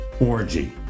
orgy